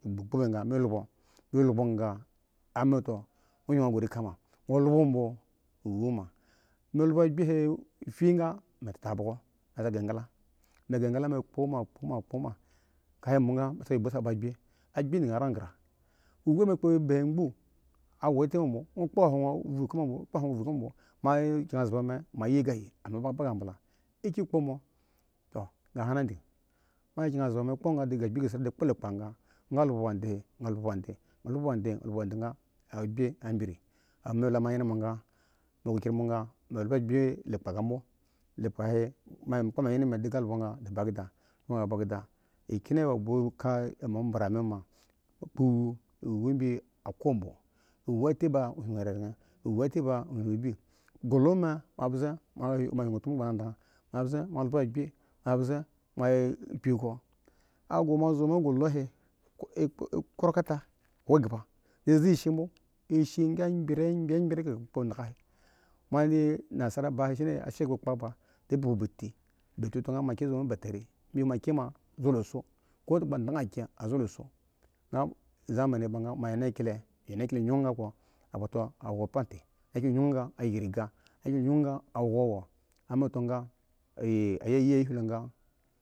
nwoli bunga ameto nwo lub agbi fyye ga mi tabogo ga mi engla emb mi kpo engla klo mi hiki kpo ba agbi lub mi wo agbi lub mi bwo ewu kya mi di mi uphim awo kabmo mo kyenzba mi mo hwi awo ka a ra mi gya mi lomi a ki kpo mo mi humi awo kabmo mo kyenzba mi mo hui awo ka a ra mi gya mi lomi a ki kpo mo mi h amo ka ba awo bmo a wo kubogo kahana mo kyenzba din kpo gadi kpo lekpa agbi a bri ambo a mi lama nyenma mi ta bogo kahana mo kyenzba din kpogadi kpo lekpa agbi a bri ambo a mi la ma nyenma mi ta bogo lekpa ami kpa manfen kya din lub agbi din ga fa agbe lub ga di be kedda di lub agbi a bze di hun abo abze din hun ivi kpa la agyu la agran mo yenbze din wo da lishi la kwarkwata lashin awo zgba di za ishi bimo awo ka kpa edaga ga emba nasara ba a shi kapye kpe fadari mo kye o ma a bi mo zolobo ko gbada ba zo he gya mo fou ashi yi egba ga igbu bwo ebe gadi lub agbi di hurin ri kauna anyenkyile nyougyog mo hin ishini la pad a eyi huinga.